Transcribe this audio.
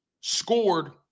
scored